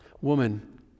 Woman